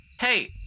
Hey